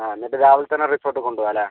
ആ എന്നിട്ട് രാവിലെ തന്നെ റിസോട്ട് കൊണ്ട് പോകാമല്ലേ